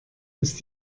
ist